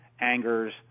angers